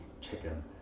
chicken